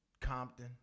Compton